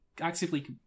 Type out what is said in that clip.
actively